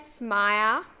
Maya